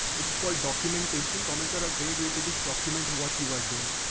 this is called documentation. comments are a great way to just document what you are doing.